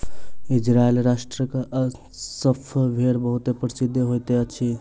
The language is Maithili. इजराइल राष्ट्रक अस्साफ़ भेड़ बहुत प्रसिद्ध होइत अछि